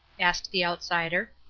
asked the outsider.